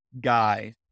guy